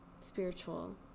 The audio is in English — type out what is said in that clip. spiritual